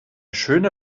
schöne